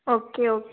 okay okay